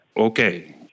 Okay